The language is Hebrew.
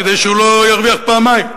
כדי שהוא לא ירוויח פעמיים,